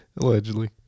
Allegedly